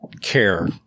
care